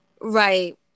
Right